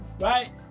right